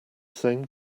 same